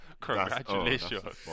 congratulations